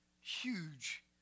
huge